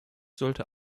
sollte